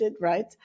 right